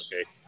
okay